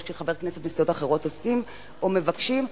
כשחברי כנסת מסיעות אחרות עושים או מבקשים,